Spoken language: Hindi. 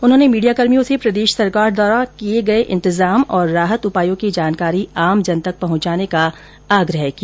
उन्होंने मीडियाकर्मियों से प्रदेश सरकार द्वारा किए गए इंतजाम और राहत उपायों की जानकारी आमजन तक पहुंचाने का आग्रह किया